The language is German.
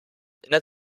der